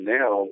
now